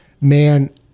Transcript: Man